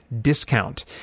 Discount